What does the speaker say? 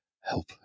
help